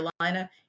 Carolina